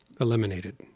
eliminated